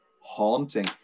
Haunting